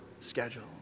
schedule